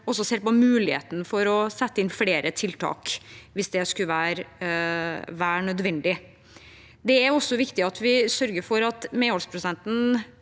ser på muligheten for å sette inn flere tiltak hvis det skulle være nødvendig. Det er viktig at vi sørger for at medholdsprosenten